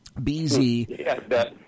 BZ